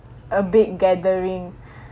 a big gathering